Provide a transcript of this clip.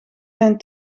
zijn